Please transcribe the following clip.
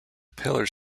pillars